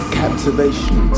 captivation